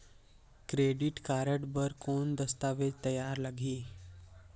Credit card बर कौन दस्तावेज तैयार लगही?